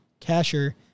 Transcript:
Kasher